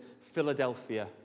Philadelphia